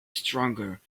stronger